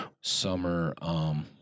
summer